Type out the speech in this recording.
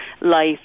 life